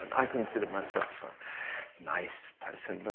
i consider myself a nice person,